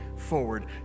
forward